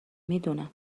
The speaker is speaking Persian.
میدونم